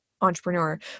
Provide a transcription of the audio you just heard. entrepreneur